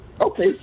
Okay